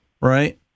right